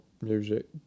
music